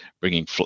bringing